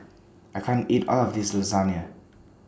I can't eat All of This Lasagne